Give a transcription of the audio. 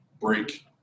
break